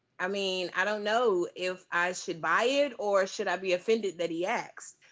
i mean, i don't know if i should buy it or should i be offended that he asked?